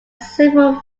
several